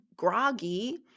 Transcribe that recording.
groggy